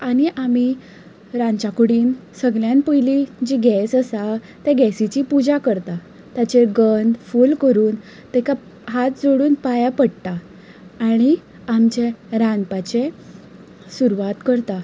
आनी आमी रांदच्या कुडींत सगळ्यांत पयलीं जी गेस आसा त्या गेसीची पुजा करता ताचेर गंद फूल करून तेका हात जोडून पांया पडटा आनी आमचे रांदपाचे सुरवात करता